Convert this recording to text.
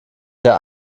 der